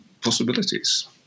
possibilities